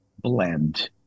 blend